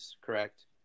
correct